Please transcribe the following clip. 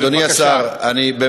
זו מצווה.